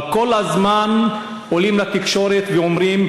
אבל כל הזמן עולים לתקשורת ואומרים: